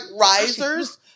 risers